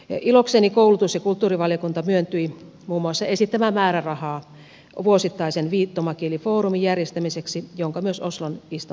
ilokseni koulutus ja kulttuurivaliokunta myöntyi muun muassa esittämään määrärahaa vuosittaisen viittomakielifoorumin järjestämiseksi jonka myös oslon istunto sitten hyväksyi